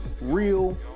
real